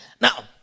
now